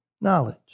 Knowledge